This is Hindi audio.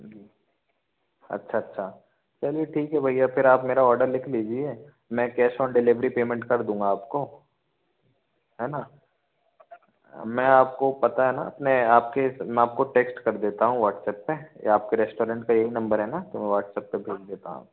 अच्छा अच्छा चलिए ठीक है भैया फिर आप मेरा आर्डर लिख लीजिए मैं कैश ऑन डिलिवरी पेमेंट कर दूंगा आपको हैं ना मैं आपको पता है ना मैं आपको टेक्स्ट कर देता हूँ व्हाट्सएप पे या आपके रेस्टोरेंट का यही नंबर है ना तो व्हाट्सएप पे भेज देता हूँ